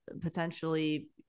potentially